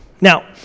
Now